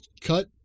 cut